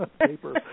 paper